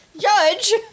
Judge